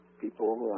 people